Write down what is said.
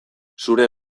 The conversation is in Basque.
zure